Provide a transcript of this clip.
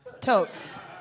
Totes